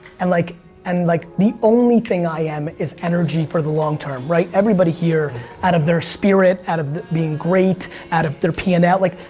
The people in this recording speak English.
and like and like the only thing i am is energy for the long term, right? everybody here out of their spirit, out of being great, out of their p and amp like